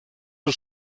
els